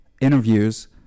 interviews